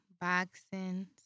boxing